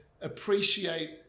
appreciate